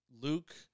Luke –